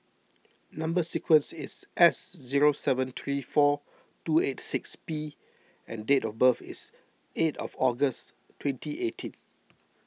Number Sequence is S zero seven three four two eight six P and date of birth is eight of August twenty eighteen